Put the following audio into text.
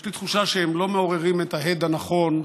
יש לי תחושה שהם לא מעוררים את ההד הנכון,